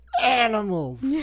animals